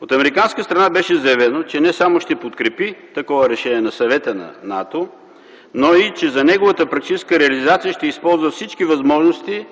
От американска страна беше заявено, че не само ще подкрепи такова решение на Съвета на НАТО, но и че за неговата практическа реализация ще използва всички възможности